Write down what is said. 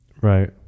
Right